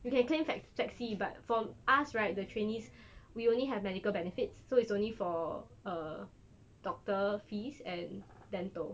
you can claim flex flexi but for us right the trainees we only have medical benefits so it's only for err doctor fees and dental